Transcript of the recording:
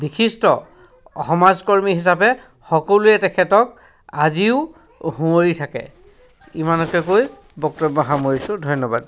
বিশিষ্ট সমাজকৰ্মী হিচাপে সকলোৱে তেখেতক আজিও সোঁৱৰি থাকে ইমানকে কৈ বক্তব্য সামৰিছোঁ ধন্যবাদ